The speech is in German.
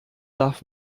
darf